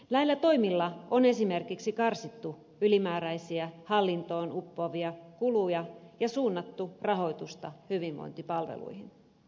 näillä toimilla on esimerkiksi karsittu ylimääräisiä hallintoon uppoavia kuluja ja suunnattu rahoitusta hyvinvointipalveluihin